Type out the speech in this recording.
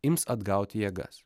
ims atgauti jėgas